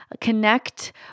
connect